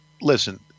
Listen